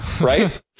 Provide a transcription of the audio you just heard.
Right